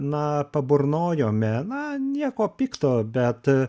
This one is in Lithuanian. na paburnojome na nieko pikto bet